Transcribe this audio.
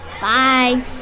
Bye